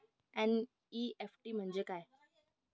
NEFT म्हणजे काय?